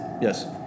Yes